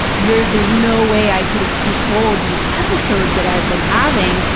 you're there's no way i could have controlled these episodes that i've been having,